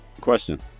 question